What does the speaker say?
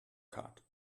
cut